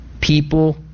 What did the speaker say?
people